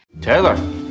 Taylor